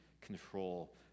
control